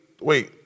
wait